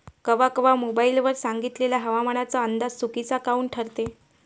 कवा कवा मोबाईल वर सांगितलेला हवामानाचा अंदाज चुकीचा काऊन ठरते?